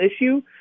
issue